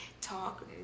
talk